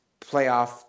playoff